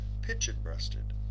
pigeon-breasted